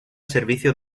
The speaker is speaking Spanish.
servicio